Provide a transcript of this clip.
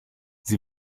sie